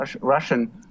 Russian